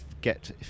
get